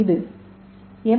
இது எம்